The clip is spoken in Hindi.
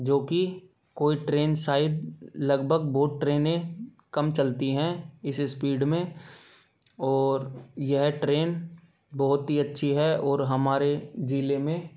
जो कि कोई ट्रेन शायद लगभग बहुत ट्रेनें कम चलती हैं इस स्पीड में और यह ट्रेन बहुत ही अच्छी है और हमारे जिले में